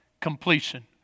completion